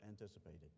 anticipated